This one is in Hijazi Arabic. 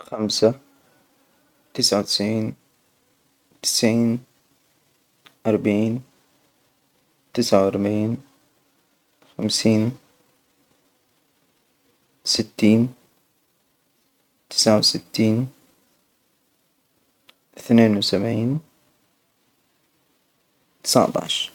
خمسة، تسعة وتسعين، تسعين، اربعين، تسعة واربعين، خمسين،. ستين، تسعة وستين، اثنين وسبعين، تسعة عشر.